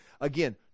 again